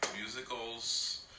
musicals